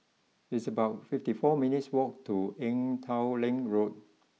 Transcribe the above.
it's about fifty four minutes' walk to Ee Teow Leng Road